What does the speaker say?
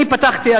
אני פתחתי,